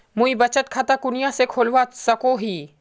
मुई बचत खता कुनियाँ से खोलवा सको ही?